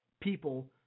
people